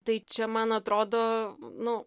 tai čia man atrodo nu